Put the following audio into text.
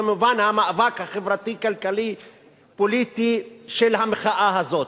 במובן המאבק החברתי-כלכלי-פוליטי של המחאה הזאת.